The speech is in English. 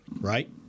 right